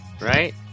right